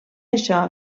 això